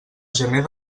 gener